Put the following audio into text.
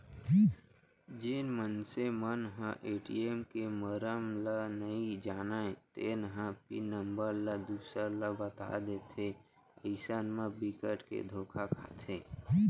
जेन मनसे मन ह ए.टी.एम के मरम ल नइ जानय तेन ह पिन नंबर ल दूसर ल बता देथे अइसन म बिकट के धोखा खाथे